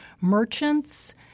merchants